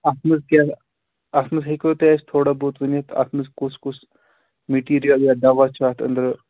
اَتھ منٛز کیٛاہ اَتھ منٛز ہیٚکوا تُہۍ اَسہِ تھوڑا بہت ؤنِتھ اَتھ منٛز کُس کُس مِٹیٖریل یا دوا چھُ اَتھ أنٛدرٕ